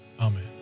amen